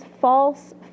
false